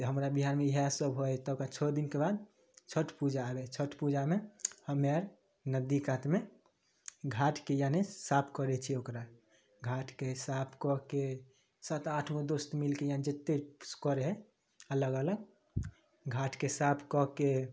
तऽ हमरा बिहारमे इएह सब होइ है तकरा छओ दिनके बाद छठि पूजा आबै है छठि पूजामे हमे अर नदी कातमे घाटके यानी साफ करै छियै ओकरा घाटके साफ कऽ के सात आठगो दोस्त मिलके यानी जेत्ते करै है अलग अलग घाटके साफ कऽ के